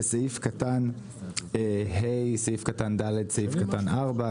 בסעיף קטן (ה)(ד) (4),